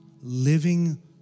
living